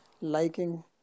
liking